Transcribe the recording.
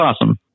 awesome